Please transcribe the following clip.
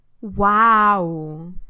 wow